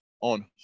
on